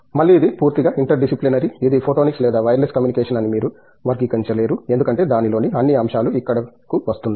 మళ్ళీ ఇది పూర్తిగా ఇంటర్డిసిప్లినరీ ఇది ఫోటోనిక్స్ లేదా వైర్లెస్ కమ్యూనికేషన్ అని మీరు వర్గీకరించలేరు ఎందుకంటే దానిలోని అన్ని అంశాలు ఇక్కడ కు వస్తున్నాయి